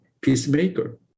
peacemaker